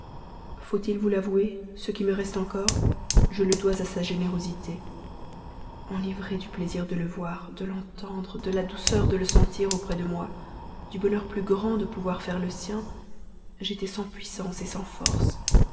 faut-il vous l'avouer ce qui me reste encore je le dois à sa générosité enivrée du plaisir de le voir de l'entendre de la douceur de le sentir auprès de moi du bonheur plus grand de pouvoir faire le sien j'étais sans puissance et sans force